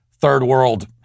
third-world